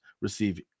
receive